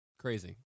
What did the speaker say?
Crazy